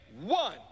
one